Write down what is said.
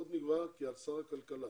עוד נקבע כי על שר הכלכלה